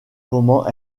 comment